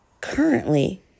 currently